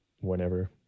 whenever